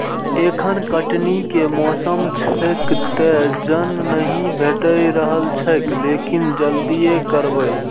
एखन कटनी के मौसम छैक, तें जन नहि भेटि रहल छैक, लेकिन जल्दिए करबै